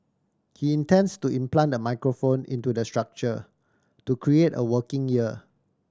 he intends to implant the microphone into the structure to create a working ear